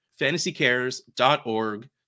fantasycares.org